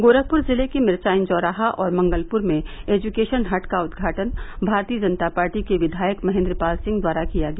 गोरखपुर जिले के मिर्चाइन चौराहा और मंगलपुर में एजुकेशन हट का उद्घाटन भारतीय जनता पार्टी के विधायक महेन्द्र पाल सिंह द्वारा किया गया